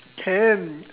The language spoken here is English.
can